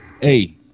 Hey